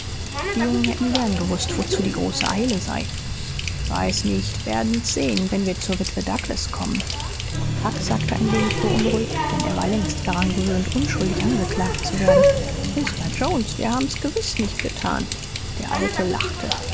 die jungen hätten gern gewußt wozu die große eile sei weiß nicht werdet's sehn wenn wir zur witwe douglas kommen huck sagte ein wenig beunruhigt denn er war längst daran gewöhnt unschuldig angeklagt zu werden mr jones wir haben's gewiß nicht getan der alte lachte